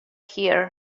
here